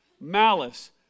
malice